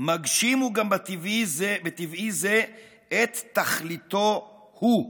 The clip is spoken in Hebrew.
"מגשים הוא גם בטבעי זה את תכליתו הוא".